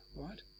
right